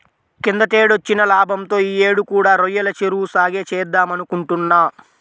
కిందటేడొచ్చిన లాభంతో యీ యేడు కూడా రొయ్యల చెరువు సాగే చేద్దామనుకుంటున్నా